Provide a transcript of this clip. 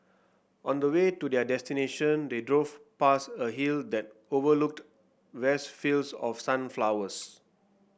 on the way to their destination they drove past a hill that overlooked vast fields of sunflowers